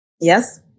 Yes